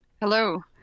Hello